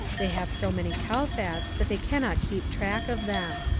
they have so many kowfats that they cannot keep track of them.